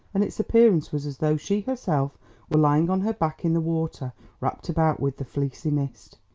and its appearance was as though she herself were lying on her back in the water wrapped about with the fleecy mist.